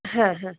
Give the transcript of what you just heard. হ্যাঁ হ্যাঁ